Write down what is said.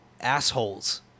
assholes